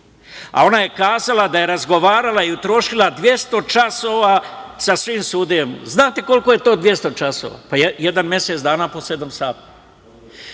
a ona je kazala da je razgovarala i utrošila 200 časova sa svim sudijama. Znate, koliko je to 200 časova? Jedan mesec dana, po sedam sati. Ja